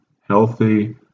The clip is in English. healthy